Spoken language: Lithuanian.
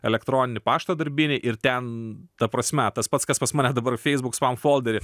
elektroninį paštą darbinį ir ten ta prasme tas pats kas pas mane dabar facebook spam foldery